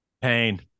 Pain